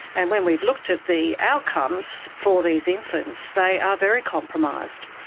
and when we've looked at the outcomes for these infants, they are very compromised.